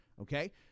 okay